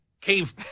cave